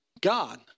God